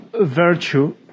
virtue